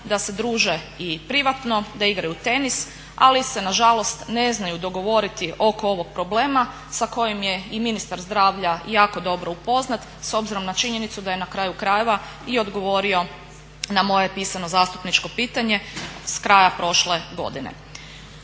da se druže i privatno, da igraju tenis. Ali se na žalost ne znaju dogovoriti oko ovog problema sa kojim je i ministar zdravlja jako dobro upoznat s obzirom na činjenicu da je na kraju krajeva i odgovorio na moje pisano zastupničko pitanje s kraja prošle godine.